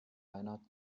reiner